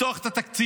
לפתוח את התקציב